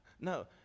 no